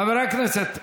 חברי הכנסת,